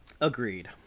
Agreed